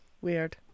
weird